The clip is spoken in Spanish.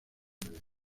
verdes